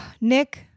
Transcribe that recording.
Nick